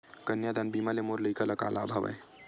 कन्यादान बीमा ले मोर लइका ल का लाभ हवय?